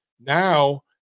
now